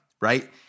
right